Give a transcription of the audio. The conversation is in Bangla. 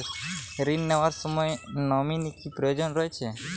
ঋণ নেওয়ার সময় নমিনি কি প্রয়োজন রয়েছে?